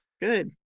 Good